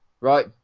right